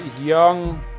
young